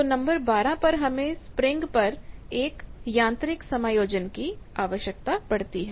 तो नंबर 12 पर हमें स्प्रिंग पर एक यांत्रिक समायोजन की आवश्यकता पड़ती है